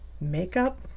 makeup